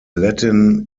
latin